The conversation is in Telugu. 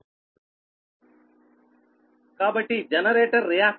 కాబట్టి జనరేటర్ రియాక్టన్స్ వచ్చి 0